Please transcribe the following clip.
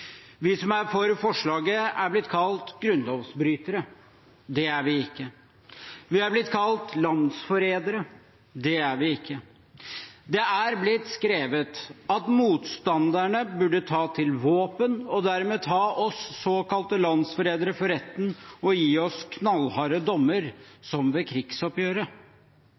Vi som er for forslaget, er blitt kalt grunnlovsbrytere. Det er vi ikke. Vi er blitt kalt landsforrædere. Det er vi ikke. Det er blitt skrevet at motstanderne burde ta til våpen og dermed ta oss såkalte landsforrædere for retten og gi oss knallharde dommer som ved krigsoppgjøret.